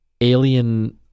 alien